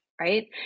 right